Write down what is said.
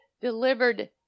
delivered